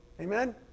amen